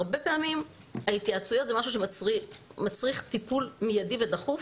הרבה פעמים ההתייעצויות זה משהו שמצריך טיפול מיידי ודחוף.